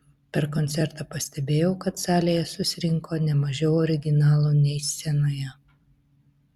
per koncertą pastebėjau kad salėje susirinko ne mažiau originalų nei scenoje